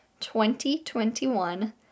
2021